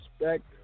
respect